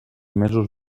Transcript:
mesos